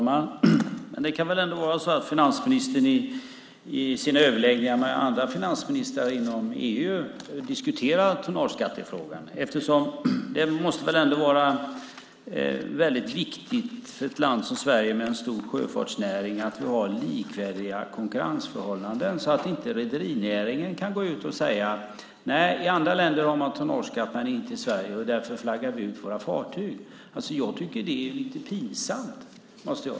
Fru talman! Det kan väl ändå vara så att finansministern i sina överläggningar med andra finansministrar inom EU diskuterar tonnageskattefrågan. Det måste ändå vara viktigt för ett land som Sverige med en stor sjöfartsnäring att vi har likvärdiga konkurrensförhållanden så att inte rederinäringen kan säga att i andra länder finns tonnageskatt men inte i Sverige, och därför flaggas våra fartyg ut. Jag tycker att det är lite pinsamt.